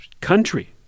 country